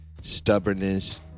stubbornness